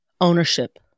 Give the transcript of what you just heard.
ownership